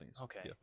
Okay